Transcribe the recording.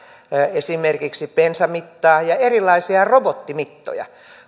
esimerkiksi vaakaa bensamittaa ja erilaisia robottimittoja